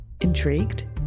Intrigued